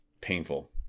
painful